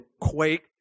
quake